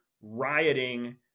rioting